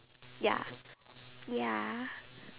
ya ya